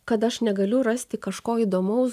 kad aš negaliu rasti kažko įdomaus